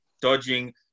dodging